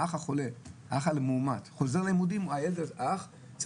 האח המאומת חוזר ללימודים ועדיין האח השני